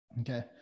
okay